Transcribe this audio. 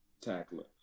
tackler